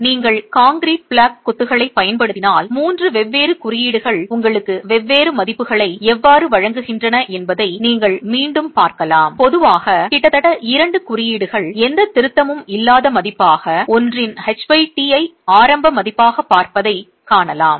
எனவே நீங்கள் concrete block கொத்துகளைப் பயன்படுத்தினால் மூன்று வெவ்வேறு குறியீடுகள் உங்களுக்கு வெவ்வேறு மதிப்புகளை எவ்வாறு வழங்குகின்றன என்பதை நீங்கள் மீண்டும் பார்க்கலாம் பொதுவாக கிட்டத்தட்ட இரண்டு குறியீடுகள் எந்தத் திருத்தமும் இல்லாத மதிப்பாக ஒன்றின் htஐ ஆரம்ப மதிப்பாகப் பார்ப்பதைக் காணலாம்